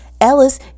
Ellis